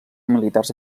militars